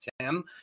Tim